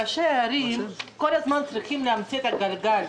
ראשי הערים כל הזמן צריכים להמציא את הגלגל.